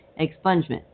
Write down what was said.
expungement